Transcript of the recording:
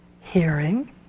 hearing